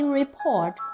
report